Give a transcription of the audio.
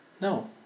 No